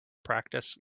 practice